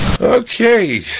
Okay